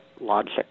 logic